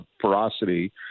ferocity